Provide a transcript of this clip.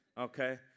Okay